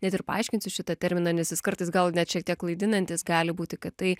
net ir paaiškinsiu šitą terminą nes jis kartais gal net šiek tiek klaidinantis gali būti kad tai